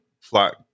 flat